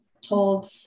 told